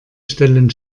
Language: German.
stellen